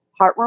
heartworm